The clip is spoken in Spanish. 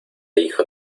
hijo